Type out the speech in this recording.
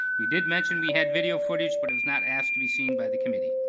we did mention we had video footage, but it was not asked to be seen by the committee.